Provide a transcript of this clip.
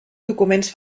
documents